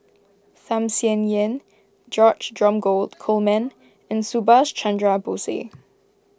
Tham Sien Yen George Dromgold Coleman and Subhas Chandra Bose